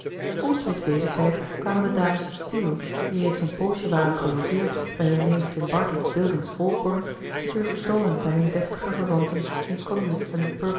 omstreeks dezen tijd kwamen de dames steele die reeds een poosje waren gelogeerd bij hun neef in bartlett's buildings holborn zich weer vertoonen bij hun deftiger verwanten in conduit en